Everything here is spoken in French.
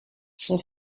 son